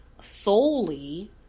solely